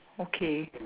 okay